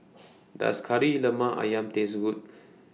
Does Kari Lemak Ayam Taste Good